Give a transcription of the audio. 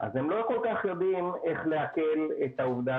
אז הם לא כל כך יודעים איך לעכל את העובדה